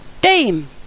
Dame